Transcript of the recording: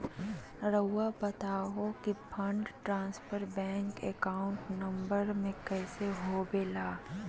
रहुआ बताहो कि fund transfer bank account number में कैसे होबेला?